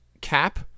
cap